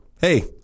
Hey